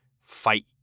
fight